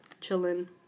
Chilling